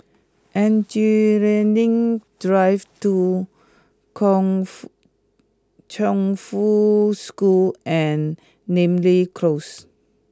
Engineering Drive two Kung Fu Chongfu School and Namly Close